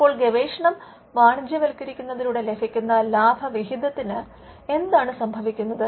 അപ്പോൾ ഗവേഷണം വാണിജ്യവത്കരിക്കുന്നതിലൂടെ ലഭിക്കുന്ന ലാഭവിഹിതത്തിന് എന്താണ് സംഭവിക്കുന്നത്